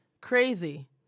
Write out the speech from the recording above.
Crazy